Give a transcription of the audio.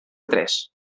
tres